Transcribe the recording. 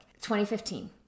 2015